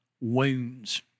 wounds